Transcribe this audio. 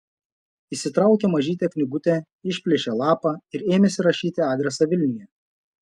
išsitraukė mažytę knygutę išplėšė lapą ir ėmėsi rašyti adresą vilniuje